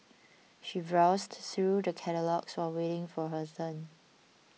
she browsed through the catalogues while waiting for her turn